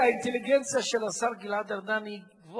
אתה אומר לי שהאינטליגנציה של השר גלעד ארדן היא גבוהה,